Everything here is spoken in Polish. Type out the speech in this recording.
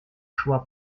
szła